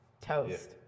Toast